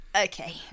Okay